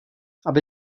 aby